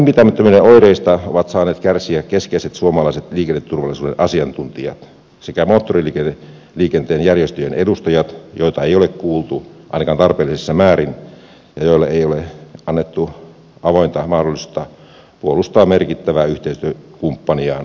välinpitämättömyyden oireista ovat saaneet kärsiä keskeiset suomalaiset liikenneturvallisuuden asiantuntijat sekä moottoriliikenteen järjestöjen edustajat joita ei ole kuultu ainakaan tarpeellisessa määrin ja joille ei ole annettu avointa mahdollisuutta puolustaa merkittävää yhteistyökumppaniaan liikkuvaa poliisia